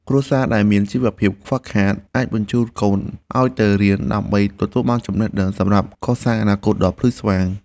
គ្រួសារដែលមានជីវភាពខ្វះខាតអាចបញ្ជូនកូនឱ្យទៅរៀនដើម្បីទទួលបានចំណេះដឹងសម្រាប់កសាងអនាគតដ៏ភ្លឺស្វាង។